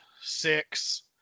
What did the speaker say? six